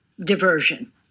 diversion